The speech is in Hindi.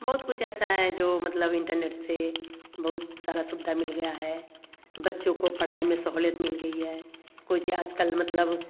बहुत कुछ ऐसा है जो मतलब इंटरनेट से बहुत सारा सुवधा मिल गया है बच्चों को पढ़ाई में सहुलियत मिल गई है कोई चीज़ आज कल मतलब